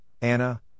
Anna